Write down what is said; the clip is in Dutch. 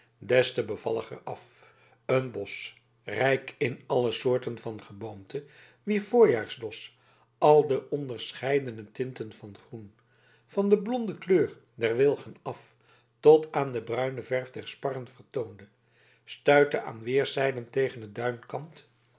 des te bevalliger af een bosch rijk in alle soorten van geboomte wier voorjaarsdos al de onderscheidene tinten van groen van de blonde kleur der wilgen af tot aan de bruine verf der sparren vertoonde stuitte aan weerszijden tegen den duinkant